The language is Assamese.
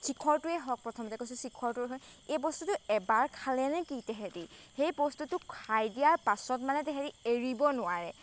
চিখৰটোৱেই হওক প্ৰথমতে কৈছোঁ শিখৰটোৱেই হওক এই বস্তুটো এবাৰ খালেনে কি তেহেঁতি সেই বস্তুটো খাই দিয়াৰ পাছত মানে তেহেঁতি এৰিব নোৱাৰে